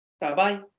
Bye-bye